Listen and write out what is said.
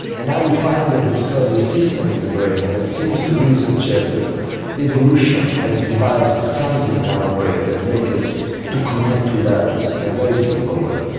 and now we have finally um discovered a system in the brain that seems to really suggest that evolution has devised something in our brain that makes us to connect with others in a very simple way.